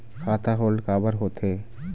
खाता होल्ड काबर होथे?